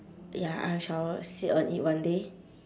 ya I shall sit on it one day